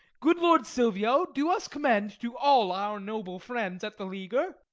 good lord silvio, do us commend to all our noble friends at the leaguer.